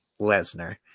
Lesnar